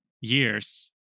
years